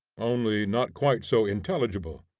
only not quite so intelligible.